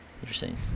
Interesting